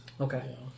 Okay